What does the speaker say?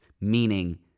meaning